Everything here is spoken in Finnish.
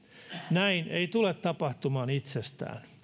näin ei tule tapahtumaan itsestään